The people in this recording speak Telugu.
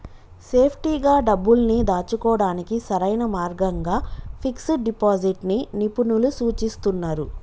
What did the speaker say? సేఫ్టీగా డబ్బుల్ని దాచుకోడానికి సరైన మార్గంగా ఫిక్స్డ్ డిపాజిట్ ని నిపుణులు సూచిస్తున్నరు